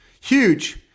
Huge